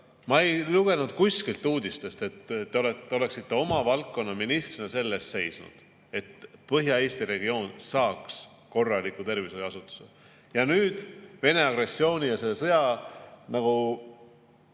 ma ei lugenud kuskilt uudistest, et te olete oma valdkonna ministrina selle eest seisnud, et Põhja-Eesti regioon saaks korraliku tervishoiuasutuse. Ja nüüd Venemaa agressiooni ja selle sõja